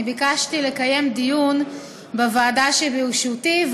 ביקשתי לקיים דיון בוועדה שבראשותי,